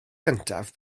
cyntaf